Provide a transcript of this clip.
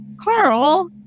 Carl